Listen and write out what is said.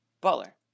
Butler